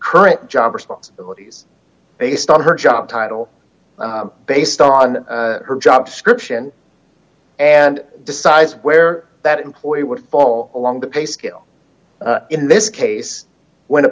current job responsibilities based on her job title based on her job description and decides where that employee would fall along the pay scale in this case when a